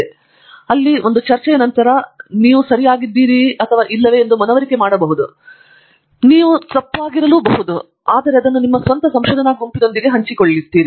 ಏಕೆಂದರೆ ಅಲ್ಲಿ ಒಂದು ಚರ್ಚೆ ಮತ್ತು ನೀವು ಸರಿಯಾಗಿರಬಹುದು ಮತ್ತು ನೀವು ಮನವರಿಕೆ ಮಾಡಬಹುದು ಅಥವಾ ನೀವು ತಪ್ಪಾಗಿರಬಹುದು ಮತ್ತು ನಂತರ ಅದನ್ನು ನಿಮ್ಮ ಸ್ವಂತ ಸಂಶೋಧನಾ ಗುಂಪಿನೊಂದಿಗೆ ಹಂಚಿಕೊಳ್ಳುತ್ತೀರಿ